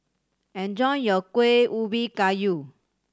enjoy your Kuih Ubi Kayu